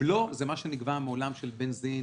ובלו זה מה שנקרא בעולם של בנזין,